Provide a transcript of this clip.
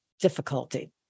difficulty